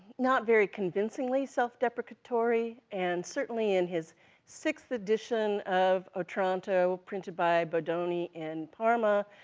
not very convincingly self-deprecatory, and certainly in his sixth edition of otranto, printed by bodoni and parma,